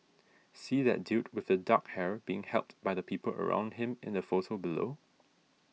see that dude with the dark hair being helped by the people around him in the photo below